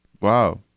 Wow